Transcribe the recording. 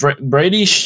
Brady